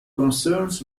concerns